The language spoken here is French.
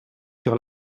sur